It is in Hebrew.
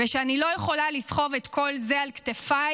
ושאני לא יכולה לסחוב את כל זה על כתפיי